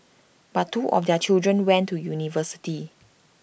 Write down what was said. but two of their children went to university